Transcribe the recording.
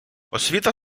освіта